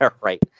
right